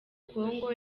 congo